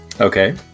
Okay